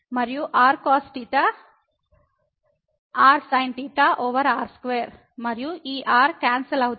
మరియు r cos r sinఓవర్ r2 మరియు ఈ r క్యాన్సల్ అవుతుంది